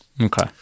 Okay